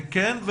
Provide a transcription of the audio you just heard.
כן,